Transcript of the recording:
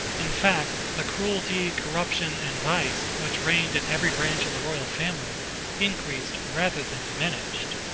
in fact, the cruelty, corruption, and vice which reigned in every branch of the royal family increased rather than diminished.